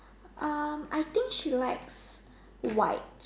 um I think she likes white